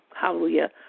hallelujah